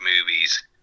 movies